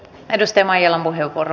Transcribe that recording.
vedestä maija lamu hilbur